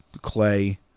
clay